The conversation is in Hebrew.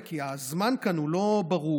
כי הזמן כאן הוא לא ברור.